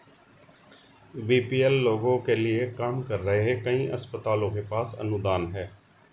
BPL लोगों के लिए काम कर रहे कई अस्पतालों के पास अनुदान हैं